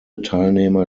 teilnehmer